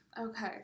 okay